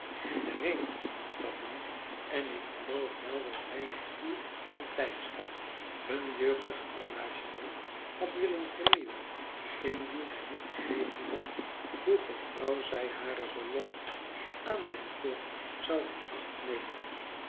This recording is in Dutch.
iedereen moest dat doen en ik geloof wel dat hij met vuur en blijdschap hun jeugdig engagement had willen vernieuwen indien hij niet geweten had hoe getrouw zij hare belofte aan mijn voogd zou in acht nemen